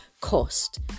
cost